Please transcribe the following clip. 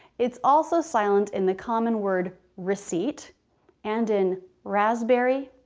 it's also silent in the common word receipt and in raspberry,